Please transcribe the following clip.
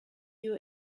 you